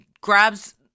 grabs